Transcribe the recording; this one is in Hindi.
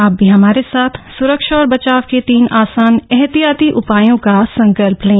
आप भी हमारे साथ स्रक्षा और बचाव के तीन आसान एहतियाती उपायों का संकल्प लें